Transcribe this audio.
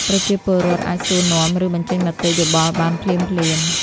ប្រជាពលរដ្ឋអាចសួរនាំ ឬបញ្ចេញមតិយោបល់បានភ្លាមៗ។